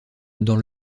dans